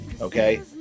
Okay